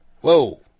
whoa